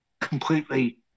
completely